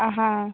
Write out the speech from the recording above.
आं हां